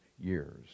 years